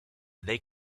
they